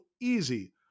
easy